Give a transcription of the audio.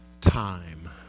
time